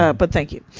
ah but thank you.